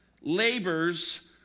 labors